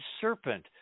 serpent